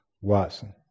Watson